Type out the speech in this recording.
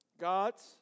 God's